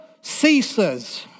ceases